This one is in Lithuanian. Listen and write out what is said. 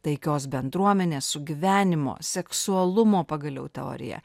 taikios bendruomenės sugyvenimo seksualumo pagaliau teorija